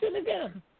again